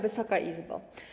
Wysoka Izbo!